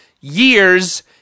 years